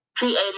Created